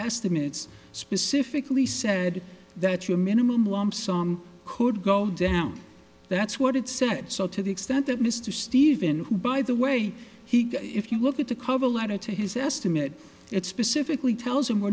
estimates specifically said that your minimum lump sum could go down that's what it sets out to the extent that mr stephen who by the way he if you look at the cover letter to his estimate it specifically tells him we're